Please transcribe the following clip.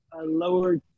lower